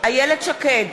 איילת שקד,